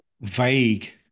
vague